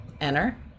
enter